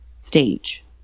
stage